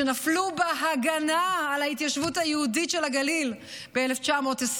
שנפלו בהגנה על ההתיישבות היהודית של הגליל ב-1920.